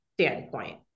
standpoint